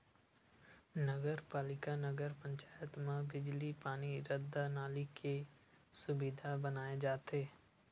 नगर पालिका, नगर पंचायत म बिजली, पानी, रद्दा, नाली के सुबिधा बनाए जाथे